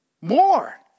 More